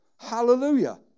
Hallelujah